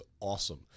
awesome